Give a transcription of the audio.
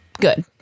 good